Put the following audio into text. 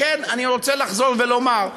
לכן אני רוצה לחזור ולומר,